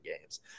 games